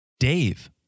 Dave